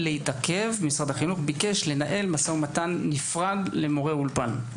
משרד החינוך ביקש לנהל משא ומתן נפרד למורי אולפן,